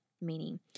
meaning